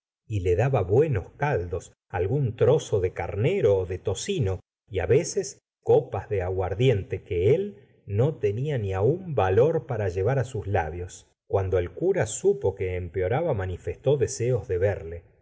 y le daba buenos caldos algún trozo de carnero ó de tocino y á veces copas de aguardiente que él no tenia ni aún valor para llevar á sus labios cuando el cura supo que empeoraba manifestó deseos de verle